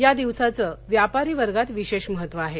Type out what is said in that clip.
या दिवसाचं व्यापारी वर्गात विशेष महत्त्व आहे